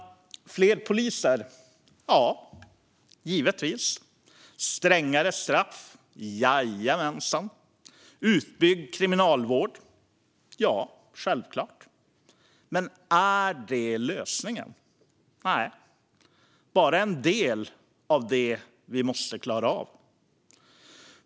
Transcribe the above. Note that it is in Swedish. Fler poliser? Ja, givetvis. Strängare straff? Jajamensan. Utbyggd kriminalvård? Ja, självklart. Men är det lösningen? Nej, det är bara en del av det som vi måste klara av.